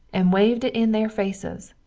and waived it in there faces,